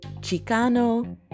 Chicano